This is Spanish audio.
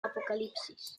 apocalipsis